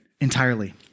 entirely